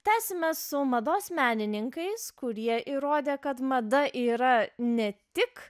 tęsime su mados menininkais kurie įrodė kad mada yra ne tik